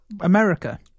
america